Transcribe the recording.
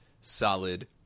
solid